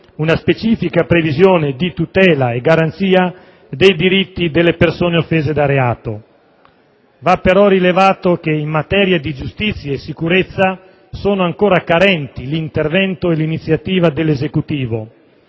una specifica previsione di tutela e garanzia dei diritti delle persone offese da reato. Va, però, rilevato che, in materia di giustizia e sicurezza, sono ancora carenti l'intervento e l'iniziativa dell'Esecutivo.